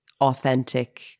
authentic